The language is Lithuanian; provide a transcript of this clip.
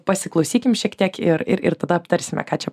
pasiklausykim šiek tiek ir ir tada aptarsime ką čia